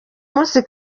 munsi